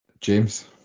James